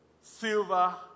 silver